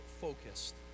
focused